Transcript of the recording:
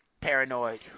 paranoid